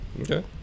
Okay